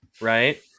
right